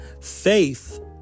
faith